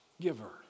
giver